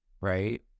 right